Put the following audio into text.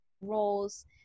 roles